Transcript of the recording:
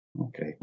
Okay